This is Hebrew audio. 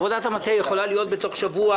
עבודת המטה יכולה להיות בתוך שבוע,